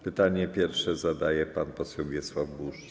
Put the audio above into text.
Pytanie pierwsze zadaje pan poseł Wiesław Buż.